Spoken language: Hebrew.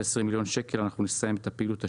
20 מיליון שקל, אנחנו נסיים את הפעילות השנה.